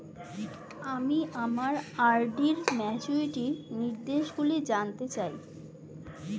আমি আমার আর.ডি র ম্যাচুরিটি নির্দেশগুলি জানতে চাই